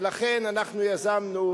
ולכן יזמנו,